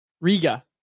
riga